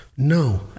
no